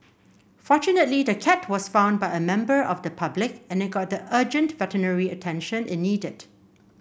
fortunately the cat was found by a member of the public and it got the urgent veterinary attention it needed